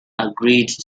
agreed